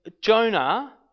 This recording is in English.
Jonah